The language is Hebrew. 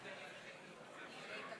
חברי חברי הכנסת, חברים, קצת יותר שקט,